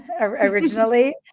originally